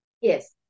Yes